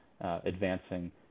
advancing